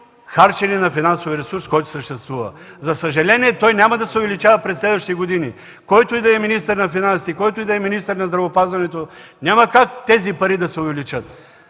харчене на финансовия ресурс, който съществува”. За съжаление, той няма да се увеличава през следващите години. Който и да е министър на финансите, който и да е министър на здравеопазването, няма как тези пари да се увеличат!